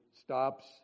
stops